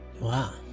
Wow